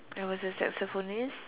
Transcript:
I was a saxophonist